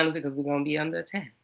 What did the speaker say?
um because we're gonna be under attack.